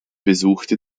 besuchte